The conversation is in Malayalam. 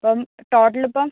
ഇപ്പം ടോട്ടലിപ്പം